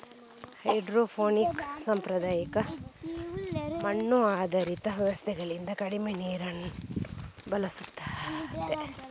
hydroponics ಸಾಂಪ್ರದಾಯಿಕ ಮಣ್ಣು ಆಧಾರಿತ ವ್ಯವಸ್ಥೆಗಳಿಗಿಂತ ಕಡಿಮೆ ನೀರನ್ನ ಬಳಸ್ತದೆ